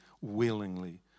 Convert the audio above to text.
willingly